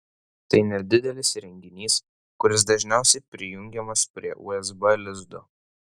tai nedidelis įrenginys kuris dažniausiai prijungiamas prie usb lizdo